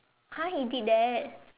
!huh! he did that